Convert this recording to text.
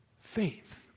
faith